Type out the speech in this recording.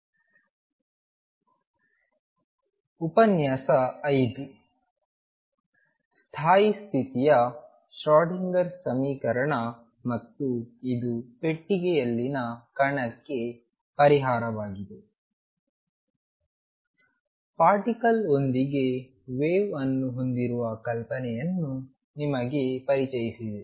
ಸ್ಥಾಯಿ ಸ್ಥಿತಿಯ ಶ್ರೊಡಿಂಗರ್Schrödinger ಸಮೀಕರಣ ಮತ್ತು ಇದು ಪೆಟ್ಟಿಗೆಯಲ್ಲಿನ ಕಣಕ್ಕೆ ಪರಿಹಾರವಾಗಿದೆ ಪಾರ್ಟಿಕಲ್ ಒಂದಿಗೆ ವೇವ್ ಅನ್ನು ಹೊಂದಿರುವ ಕಲ್ಪನೆಯನ್ನು ನಿಮಗೆ ಪರಿಚಯಿಸಿದೆ